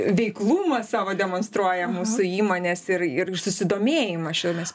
veiklumą savo demonstruoja mūsų įmonės ir ir susidomėjimą šiomis